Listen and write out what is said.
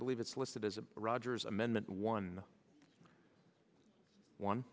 believe it's listed as a rogers amendment one one